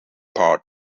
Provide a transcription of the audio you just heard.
part